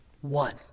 One